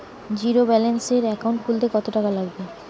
জিরোব্যেলেন্সের একাউন্ট খুলতে কত টাকা লাগবে?